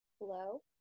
hello